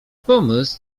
pomysł